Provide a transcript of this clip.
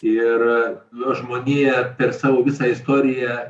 ir nu žmonija per savo visą istoriją